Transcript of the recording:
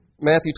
Matthew